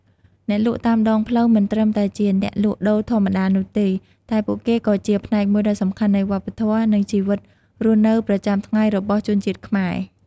អ្នកលក់តាមដងផ្លូវមិនត្រឹមតែជាអ្នកលក់ដូរធម្មតានោះទេ តែពួកគេគឺជាផ្នែកមួយដ៏សំខាន់នៃវប្បធម៌ និងជីវិតរស់នៅប្រចាំថ្ងៃរបស់ជនជាតិខ្មែរ។